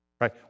right